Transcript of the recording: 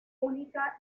única